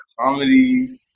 Comedy